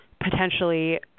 potentially